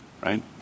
right